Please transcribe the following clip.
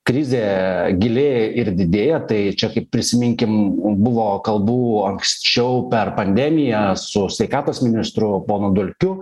krizė gilėja ir didėja tai čia kaip prisiminkim buvo kalbų anksčiau per pandemiją su sveikatos ministru ponu dulkiu